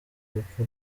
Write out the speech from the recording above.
urupfu